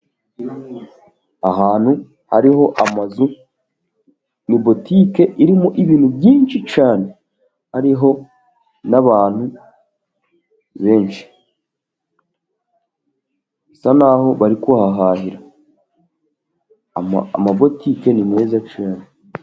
Ahantu hariho amazu, ni butike irimo ibintu byinshi cyane, hariho n'abantu benshi, bisa naho bari kuhahahira, amabutike ni meza cyane.